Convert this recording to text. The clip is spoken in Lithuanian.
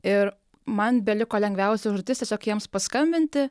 ir man beliko lengviausia užduotis tiesiog jiems paskambinti